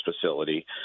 facility